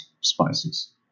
spices